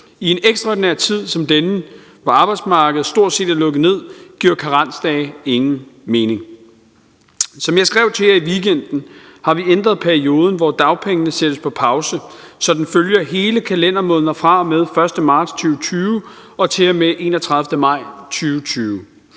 I en ekstraordinær tid som denne, hvor arbejdsmarkedet stort set er lukket ned, giver karensdage ingen mening. Som jeg skrev til jer i weekenden, har vi ændret perioden, hvor dagpengene sættes på pause, så den følger hele kalendermåneder fra og med 1. marts 2020 og til og med